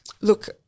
Look